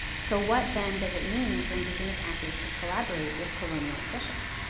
so what then does it mean for indigenous actors to collaborate with colonial officials?